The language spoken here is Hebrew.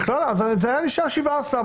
זה היה נשאר 17,